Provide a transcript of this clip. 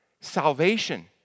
salvation